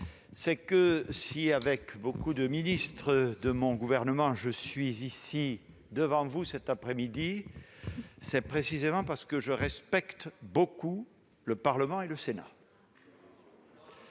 que, si avec beaucoup de ministres de mon Gouvernement, je suis ici, devant vous, cet après-midi, c'est précisément parce que je respecte beaucoup le Parlement et le Sénat.